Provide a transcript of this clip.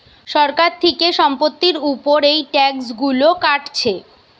সরকার থিকে সম্পত্তির উপর এই ট্যাক্স গুলো কাটছে